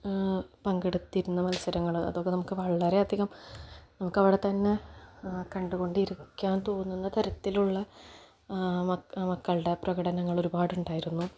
പങ്കെടുത്തിരുന്ന മത്സരങ്ങള് അതൊക്കെ നമുക്ക് വളരെയധികം നമുക്കവിടെ തന്നെ കണ്ടുകൊണ്ടിരിക്കാന് തോന്നുന്ന തരത്തിലുള്ള മക്കളുടെ പ്രകടനങ്ങൾ ഒരുപാടുണ്ടായിരുന്നു